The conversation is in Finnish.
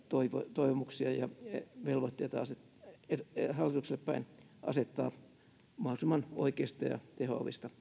toivomuksia ja velvoitteita hallitukselle päin asettaa mahdollisimman oikeista ja tehoavista